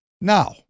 Now